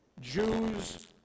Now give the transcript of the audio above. Jews